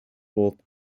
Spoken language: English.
both